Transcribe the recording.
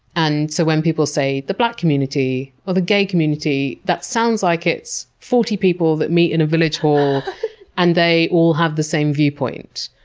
and so when people say the black community or the gay community that sounds like it's forty people that meet in a village and they all have the same viewpoint.